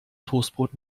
toastbrot